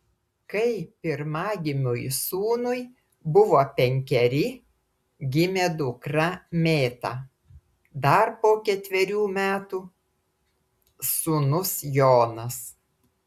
kai pirmagimiui sūnui buvo penkeri gimė dukra mėta dar po ketverių metų sūnus jonas